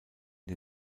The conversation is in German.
den